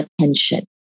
attention